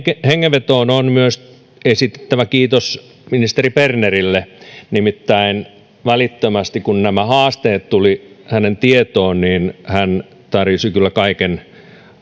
hengenvetoon on myös esitettävä kiitos ministeri bernerille nimittäin välittömästi kun nämä haasteet tulivat hänen tietoonsa niin hän tarjosi kyllä kaiken